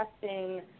testing